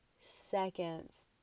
seconds